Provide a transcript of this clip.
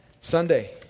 Sunday